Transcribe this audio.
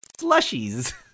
Slushies